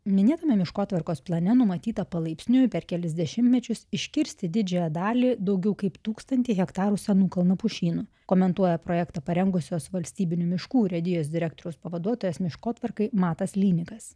minėtame miškotvarkos plane numatyta palaipsniui per kelis dešimtmečius iškirsti didžiąją dalį daugiau kaip tūkstantį hektarų senų kalnapušynų komentuoja projektą parengusios valstybinių miškų urėdijos direktoriaus pavaduotojas miškotvarkai matas lynikas